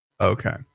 okay